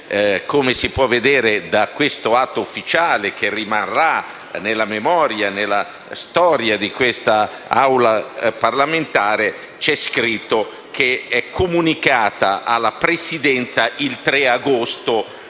come si potrà vedere da questo atto ufficiale che rimarrà nella memoria e nella storia di quest'Aula parlamentare, c'è scritto che è stata comunicata alla Presidenza il 3 agosto